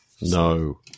No